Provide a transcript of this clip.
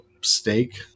steak